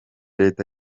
leta